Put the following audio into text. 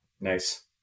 Nice